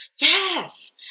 Yes